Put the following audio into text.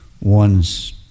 one's